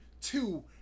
Two